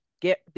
get